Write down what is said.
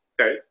Okay